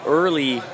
early